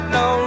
no